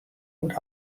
und